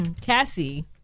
Cassie